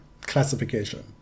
classification